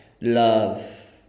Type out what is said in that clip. love